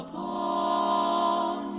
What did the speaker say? um oh